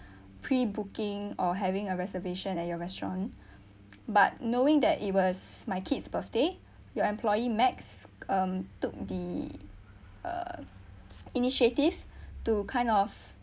pre-booking or having a reservation at your restaurant but knowing that it was my kid's birthday your employee max um took the uh initiative to kind of